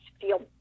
feel